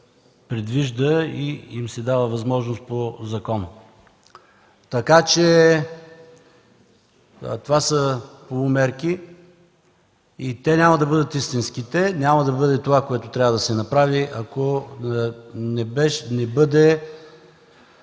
предвижда и им се дава възможност по закон. Така че това са полумерки и те няма да бъдат истинските, няма да бъдат това, което трябва да се направи, ако не бъде